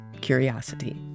curiosity